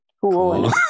cool